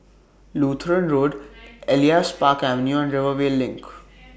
Lutheran Road Elias Park Avenue and Rivervale LINK